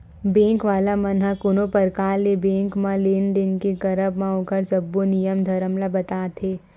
bank वाला मन ह कोनो परकार ले बेंक म लेन देन के करब म ओखर सब्बो नियम धरम ल बताथे